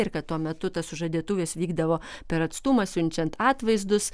ir kad tuo metu tos sužadėtuvės vykdavo per atstumą siunčiant atvaizdus